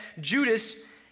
Judas